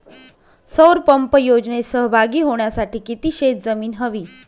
सौर पंप योजनेत सहभागी होण्यासाठी किती शेत जमीन हवी?